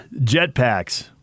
Jetpacks